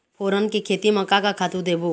फोरन के खेती म का का खातू देबो?